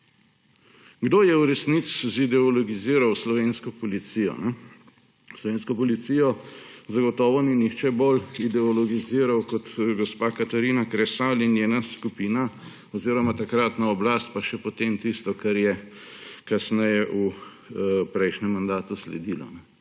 Kdo je v resnici ideologiziral slovensko policijo? Slovenske policije zagotovo ni nihče bolj ideologiziral kot gospa Katarina Kresal in njena skupina oziroma takratna oblast pa še potem tisto, kar je kasneje v prejšnjem mandatu sledilo.